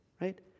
right